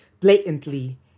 blatantly